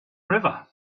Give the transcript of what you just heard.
river